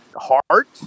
Heart